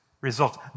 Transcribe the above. results